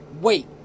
Wait